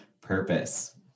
purpose